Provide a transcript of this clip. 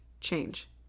change